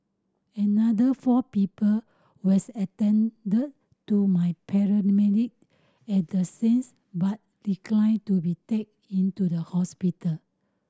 another four people was attended to my paramedic at the scenes but declined to be take into the hospital